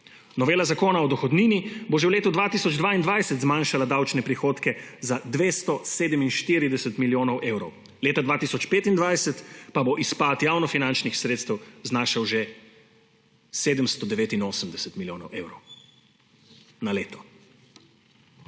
Novela Zakona o dohodnini bo že v letu 2022 zmanjšala davčne prihodke za 247 milijonov evrov, leta 2025 pa bo izpad javnofinančnih sredstev znašal že 789 milijonov evrov na leto.